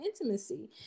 intimacy